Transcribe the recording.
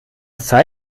etwas